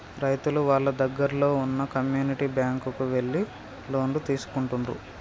రైతులు వాళ్ళ దగ్గరల్లో వున్న కమ్యూనిటీ బ్యాంక్ కు ఎళ్లి లోన్లు తీసుకుంటుండ్రు